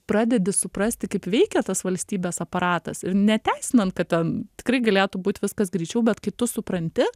pradedi suprasti kaip veikia tas valstybės aparatas ir neteisinant kad ten tikrai galėtų būt viskas greičiau bet kai tu supranti